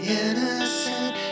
innocent